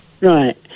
Right